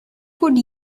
could